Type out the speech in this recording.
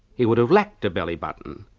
he would have lacked a belly button,